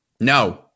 No